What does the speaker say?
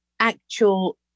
actual